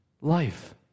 life